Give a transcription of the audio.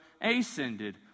ascended